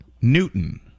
Newton